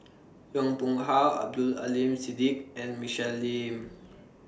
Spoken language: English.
Yong Pung How Abdul Aleem Siddique and Michelle Lim